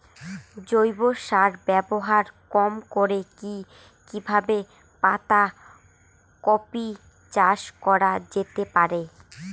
জৈব সার ব্যবহার কম করে কি কিভাবে পাতা কপি চাষ করা যেতে পারে?